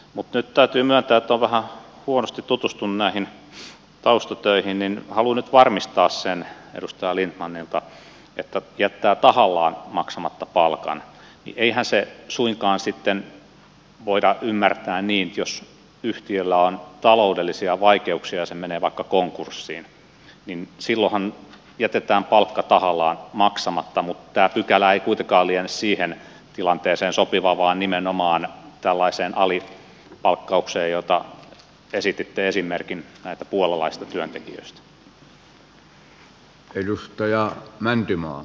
mutta nyt täytyy myöntää että olen vähän huonosti tutustunut näihin taustatöihin joten haluan nyt varmistaa edustaja lindtmanilta että eihän sitä että jättää tahallaan maksamatta palkan suinkaan sitten voida ymmärtää niin että jos yhtiöllä on taloudellisia vaikeuksia ja se menee vaikka konkurssiin niin silloinhan jätetään palkka tahallaan maksamatta mutta tämä pykälä ei kuitenkaan liene siihen tilanteeseen sopiva vaan nimenomaan tällaiseen alipalkkaukseen josta esititte esimerkin näistä puolalaisista työntekijöistä